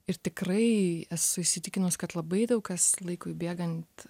ir tikrai esu įsitikinus kad labai daug kas laikui bėgant